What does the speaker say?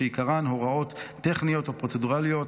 שעיקרן הוראות טכניות או פרוצדורליות.